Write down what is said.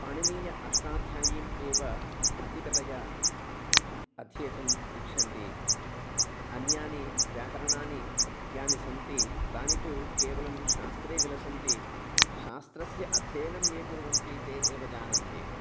पाणिनीय अष्टाध्यायीम् एव अधिकतया अध्येतुम् इच्छन्ति अन्यानि व्याकरणानि यानि सन्ति तानि तु केवलं शास्त्रे विलसन्ति शास्त्रस्य अध्ययनं ये कुर्वन्ति ते एव जानन्ति